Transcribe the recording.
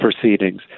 proceedings